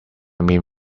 mean